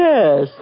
Yes